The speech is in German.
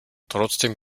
trotzdem